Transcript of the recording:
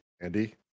Andy